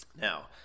Now